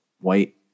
white